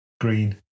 Green